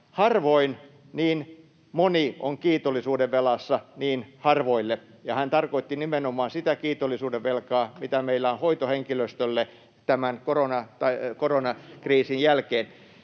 ”Harvoin niin moni on kiitollisuudenvelassa niin harvoille.” Hän tarkoitti nimenomaan sitä kiitollisuudenvelkaa, mitä meillä on hoitohenkilöstölle tämän koronakriisin jälkeen.